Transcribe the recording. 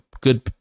good